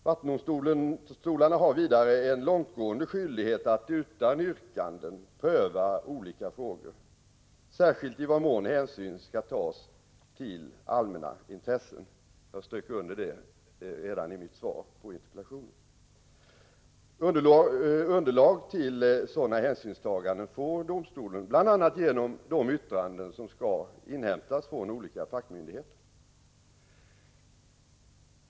Vattendomstolarna har vidare en långtgående skyldighet att utan yrkanden pröva olika frågor, särskilt i vad mån hänsyn skall tas till allmänna intressen — jag strök under det redan i mitt svar på interpellationen. Underlag till sådana hänsynstaganden får domstolen bl.a. genom de yttranden som skall inhämtas från olika fackmyndigheter.